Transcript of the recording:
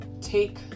take